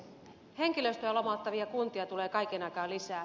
henkilöstöä lomauttavia kuntia tulee kaiken aikaa lisää